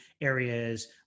areas